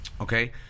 Okay